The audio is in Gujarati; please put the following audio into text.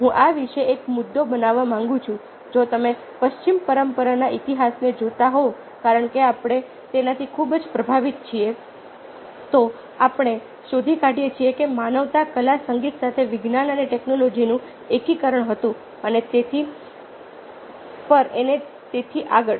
હું આ વિશે એક મુદ્દો બનાવવા માંગુ છું જો તમે પશ્ચિમી પરંપરાના ઇતિહાસને જોતા હોવ કારણ કે આપણે તેનાથી ખૂબ જ પ્રભાવિત છીએ તો આપણે શોધી કાઢીએ છીએ કે માનવતા કલા સંગીત સાથે વિજ્ઞાન અને ટેક્નોલોજીનું એકીકરણ હતું અને તેથી પર અને તેથી આગળ